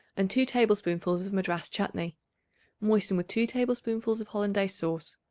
and two tablespoonfuls of madras chutney moisten with two tablespoonfuls of hollandaise sauce.